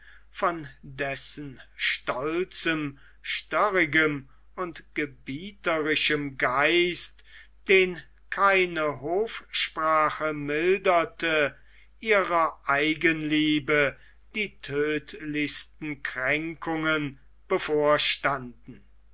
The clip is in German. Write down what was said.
von dessen stolzem störrigem und gebieterischem geist den keine hofsprache milderte ihrer eigenliebe die tödlichsten kränkungen bevorstanden